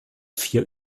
vier